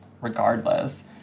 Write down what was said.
regardless